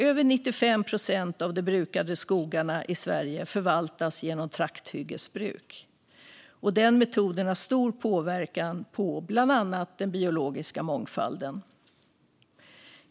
Över 95 procent av de brukade skogarna i Sverige förvaltas genom trakthyggesbruk, och den metoden har stor påverkan på bland annat den biologiska mångfalden.